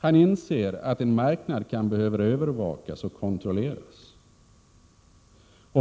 Han inser att en marknad kan behöva övervakas och kontrolleras.